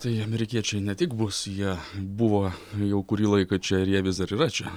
tai amerikiečiai ne tik bus jie buvo jau kurį laiką čia ir jie vis dar yra čia